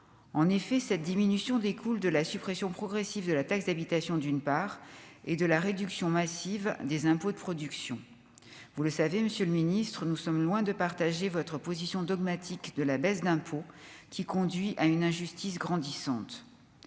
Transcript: en effet cette diminution découle de la suppression progressive de la taxe d'habitation, d'une part et de la réduction massive des impôts, de production, vous le savez, Monsieur le Ministre, nous sommes loin de partager votre position dogmatique de la baisse d'impôts qui conduit à une injustice grandissante